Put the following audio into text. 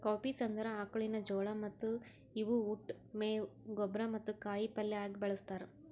cowpeas ಅಂದುರ್ ಆಕುಳಿನ ಜೋಳ ಮತ್ತ ಇವು ಉಟ್, ಮೇವು, ಗೊಬ್ಬರ ಮತ್ತ ಕಾಯಿ ಪಲ್ಯ ಆಗ ಬಳ್ಸತಾರ್